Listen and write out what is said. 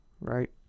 right